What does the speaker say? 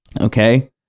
okay